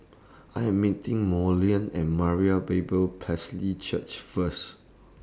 I Am meeting Marolyn At Moriah Bible Church First